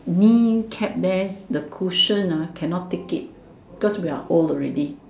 knee cap there the cushion ah cannot take it because we are old already